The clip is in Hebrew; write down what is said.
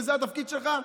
וזה התפקיד שלך,